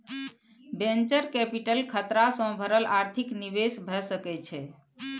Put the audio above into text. venture capital खतरा सँ भरल आर्थिक निवेश भए सकइ छइ